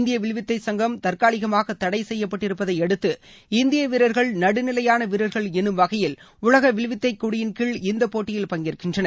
இந்திய வில்வித்தை சங்கம் தற்காலிகமாக தடை செய்யப்பட்டிருப்பதை அடுத்த இந்திய வீரர்கள் நடுநிலையான வீரர்கள் என்னும் வகையில் உலக வில்வித்தை கொடியின் கீழ் இந்த போட்டியில் பங்கேற்கின்றனர்